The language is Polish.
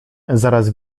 zaraz